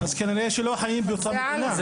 אז כנראה שאנחנו לא חיים באותה מדינה.